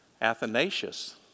Athanasius